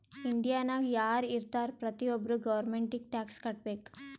ಇಂಡಿಯಾನಾಗ್ ಯಾರ್ ಇರ್ತಾರ ಪ್ರತಿ ಒಬ್ಬರು ಗೌರ್ಮೆಂಟಿಗಿ ಟ್ಯಾಕ್ಸ್ ಕಟ್ಬೇಕ್